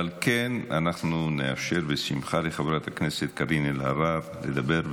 אבל כן נאפשר בשמחה לחברת הכנסת קארין אלהרר לדבר.